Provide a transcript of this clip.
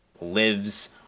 lives